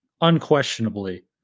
unquestionably